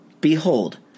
Behold